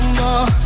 more